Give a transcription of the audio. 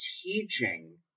teaching